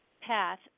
path